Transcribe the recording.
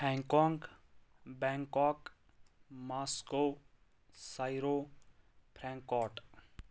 hang Kong Bangkok Moscow Cairo Frank coat